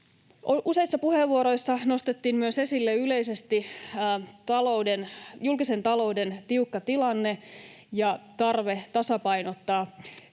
Useissa puheenvuoroissa nostettiin esille myös yleisesti julkisen talouden tiukka tilanne ja tarve tasapainottaa